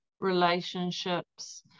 relationships